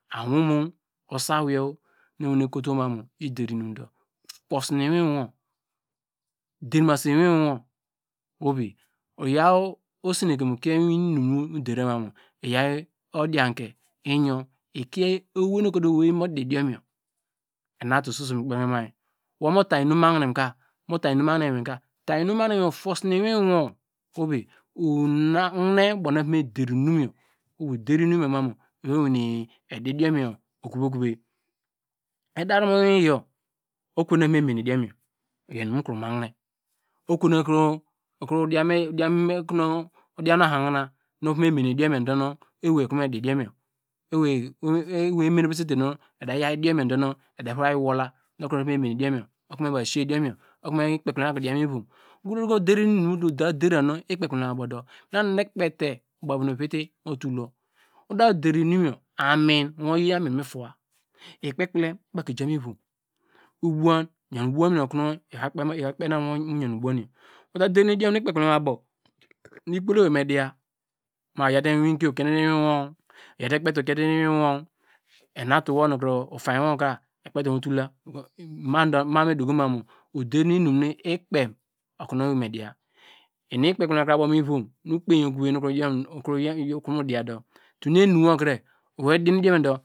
Awomo usaweiye nu ekotowo mamu yi der inum dio towosi iwinwor der mase iwin wor ohor vi uyaw osenkem okie inum mu dera ma mu ayoiw odianke iyor ikie ewei nu ekotumu ewei nu me di idiom yor erutu soso mi kpe kpini mi womu ta inum mahineka ta inum machine yor tosine iwin yor ohorvi wa mahine uboonu eva meder inum yir oho uder inium yor ma mu ewei ewane dii idiiom spor koye okove edar mu iwin yor okonu eya me mene idiom yor iyor inum mukro mahine okonu odian mu ohahina donu me mene idiom yor donu ewei emene vresete nu edevayi wola okonu evo me mene idiom yor ma mu ikpe kpilem imaki dian muivom uder inumnu ikpe kpelem abow dii mina nu ekpete ubavi nu uviti mu tulwo uda der inum yor amin iyi amin mi towa, ikpe kpilene imaki jamu ivom ubuwan yon ubuwan yor konu ikpen uta der nu idiom nu ikpe kpilem abaw ikpol ewei me diya ma uyaw te kpete okiet iwirri wo enatu wo nu kro utainy woka ekpete mutula ma me dukomamu under inum nu ekpem okonu ewei me diya